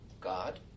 God